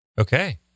Okay